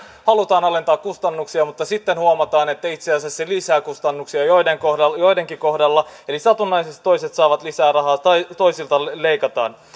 halutaan alentaa kustannuksia mutta sitten huomataan että itse asiassa se lisää kustannuksia joidenkin kohdalla joidenkin kohdalla eli satunnaisesti toiset saavat lisää rahaa ja toisilta leikataan